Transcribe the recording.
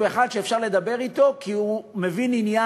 נמוך כך האיכויות,